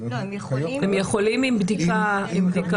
הם יכולים עם בדיקה.